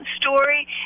story